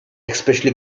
especially